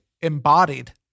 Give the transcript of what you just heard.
Embodied